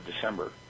December